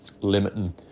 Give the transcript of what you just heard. limiting